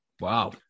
Wow